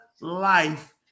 life